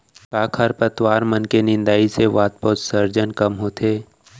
का खरपतवार मन के निंदाई से वाष्पोत्सर्जन कम होथे?